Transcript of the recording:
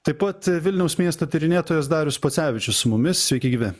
taip pat vilniaus miesto tyrinėtojas darius pocevičius su mumis sveiki gyvi